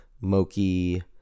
Moki